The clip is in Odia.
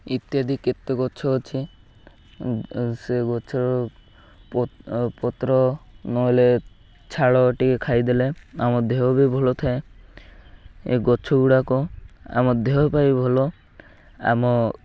ଇତ୍ୟାଦି କେତେ ଗଛ ଅଛି ସେ ଗଛର ପତ୍ର ନହଲେ ଛାଲ ଟିକେ ଖାଇଦେଲେ ଆମ ଦେହ ବି ଭଲ ଥାଏ ଏ ଗଛ ଗୁଡ଼ାକ ଆମ ଦେହ ପାଇଁ ଭଲ ଆମ